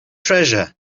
treasure